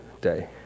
day